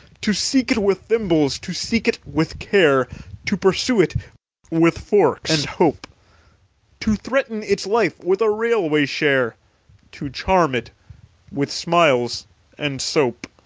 to seek it with thimbles, to seek it with care to pursue it with forks and hope to threaten its life with a railway-share to charm it with smiles and soap!